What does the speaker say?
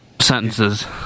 sentences